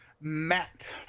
Matt